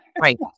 Right